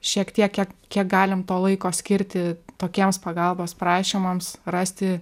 šiek tiek kiek galim to laiko skirti tokiems pagalbos prašymams rasti